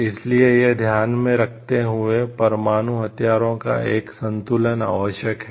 इसलिए यह ध्यान में रखते हुए परमाणु हथियारों का एक संतुलन आवश्यक है